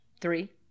three